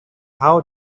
how